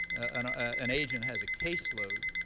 an ah an agent has a caseload.